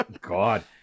God